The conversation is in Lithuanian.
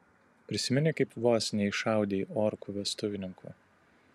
prisimeni kaip vos neiššaudei orkų vestuvininkų